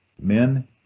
men